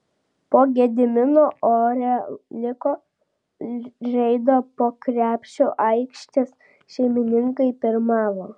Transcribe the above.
po gedimino oreliko reido po krepšiu aikštės šeimininkai pirmavo